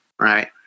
right